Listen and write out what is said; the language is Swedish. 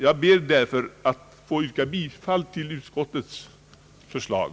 Jag ber därför att få yrka bifall till utskottets förslag.